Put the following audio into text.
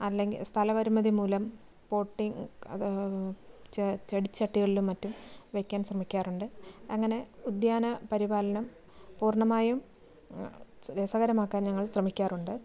അല്ലെങ്കിൽ സ്ഥല പരിമിതിമൂലം പോട്ടിങ് അത് ചെ ചെടിച്ചട്ടികളിലും മറ്റും വയ്ക്കാൻ ശ്രമിക്കാറുണ്ട് അങ്ങനെ ഉദ്യാന പരിപാലനം പൂർണമായും രസകരമാക്കാൻ ഞങ്ങൾ ശ്രമിക്കാറുണ്ട്